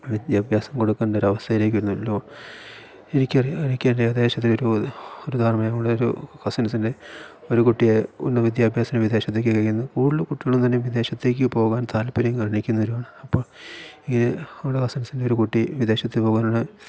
വിദ്യാഭ്യാസം കൊടുക്കേണ്ട ഒരവസ്ഥയിലേക്ക് വരുന്നല്ലോ എനിക്കറിയാം എനിക്ക് എൻ്റെ ഏകദേശം ഇത് ഒരു ഒരു ധാർമയം ഉള്ളൊരു കസിൻസിൻ്റെ ഒരു കുട്ടിയെ ഉന്നത വിദ്യാഭ്യാസത്തിന് വിദേശത്തേക്ക് അയക്കുന്നു കൂടുതൽ കുട്ടികളും തന്നെ വിദേശത്തേക്ക് പോകാൻ താല്പര്യം കാണിക്കുന്നവരുമാണ് അപ്പോൾ ഈ ഉള്ള കസിൻസിൻ്റെ ഒരു കുട്ടി വിദേശത്ത് പോകാനുള്ള